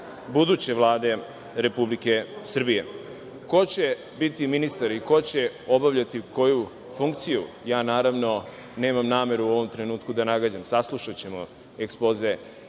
buduće Vlade Republike Srbije. Ko će biti ministar i ko će obavljati koju funkciju, ja nemam nameru u ovom trenutku da nagađam. Saslušaćemo ekspoze